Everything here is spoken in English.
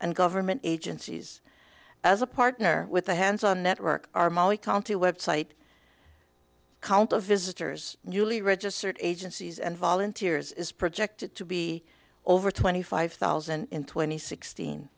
and government agencies as a partner with a hands on network are mostly county website count of visitors newly registered agencies and volunteers is projected to be over twenty five thousand and twenty sixteen